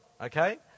okay